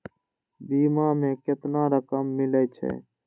बीमा में केतना रकम मिले छै?